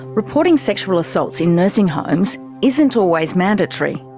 reporting sexual assaults in nursing homes isn't always mandatory.